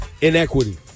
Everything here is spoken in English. inequity